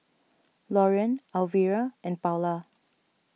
Lorean Alvira and Paola